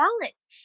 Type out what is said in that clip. balance